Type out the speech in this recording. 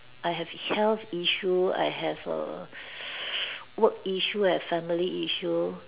I have health issue I have err work issue I have family issue